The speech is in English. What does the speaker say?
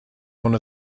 one